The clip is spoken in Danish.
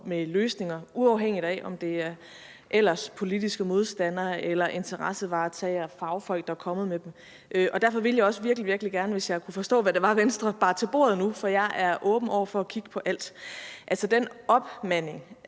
på bordet – uafhængigt af om det ellers er politiske modstandere eller interessevaretagere og fagfolk, der er kommet med dem. Det vil jeg også virkelig, virkelig gerne her, hvis jeg kunne forstå, hvad Venstre bærer til bordet nu, for jeg er åben over for at kigge på alt. Med den opnormering